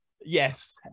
Yes